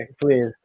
please